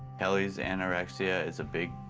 kelly's anorexia is a big,